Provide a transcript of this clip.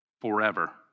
forever